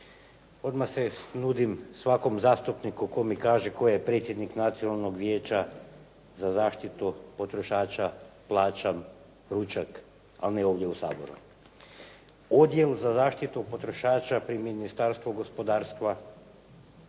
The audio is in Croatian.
Odmah se nudim svakom zastupniku tko mi kaže tko je predsjednik Nacionalnog vijeća za zaštitu potrošača, plaćam ručak, ali ne ovdje u Saboru. Odjel za zaštitu potrošača pri Ministarstvu gospodarstva,